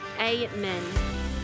amen